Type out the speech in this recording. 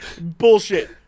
Bullshit